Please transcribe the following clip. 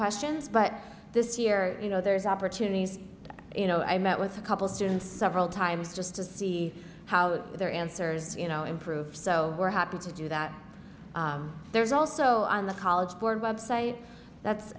questions but this year you know there's opportunities you know i met with a couple students several times just to see how their answers you know improve so we're happy to do that there's also on the college board website that's